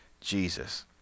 Jesus